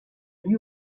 lui